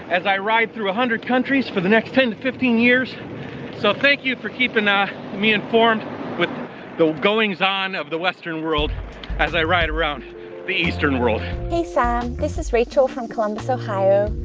as i ride through a hundred countries for the next ten to fifteen years so thank you for keeping me informed with the goings-on of the western world as i ride around the eastern world hey, sam. this is rachel from columbus, ohio.